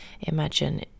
imagine